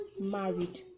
Married